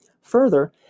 Further